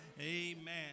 Amen